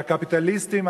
שהקפיטליסטים,